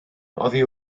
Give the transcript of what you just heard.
oddi